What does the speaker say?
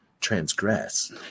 transgress